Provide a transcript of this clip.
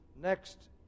Next